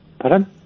Pardon